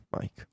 Mike